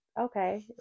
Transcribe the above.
Okay